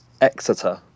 Exeter